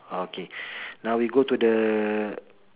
okay now we go to the